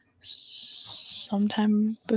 sometime